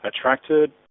attracted